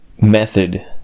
method